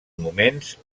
moments